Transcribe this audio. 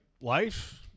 life